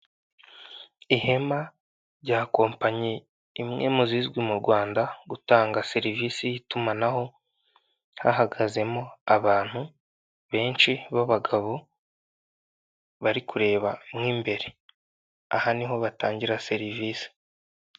Ihema rya kompanyi imwe mu zizwi mu Rwanda gutanga serivisi y'itumanaho hahagazemo abantu benshi b'abagabo bari kureba mo imbere aha niho batangira serivise.